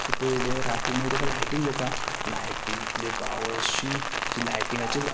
so पयलें रातीन तेकी लायटींग जाता लायटी इतल्यो पावर शी तेचे लायटिंगाचेर